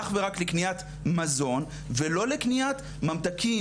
אך ורק לקניית מזון ולא לקניית ממתקים,